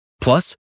Plus